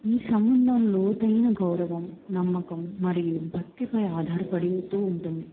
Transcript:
ఈ సంబంధం లోతైన గౌరవం నమ్మకం మరియు భక్తిపై ఆధారపడుతూ ఉంటుంది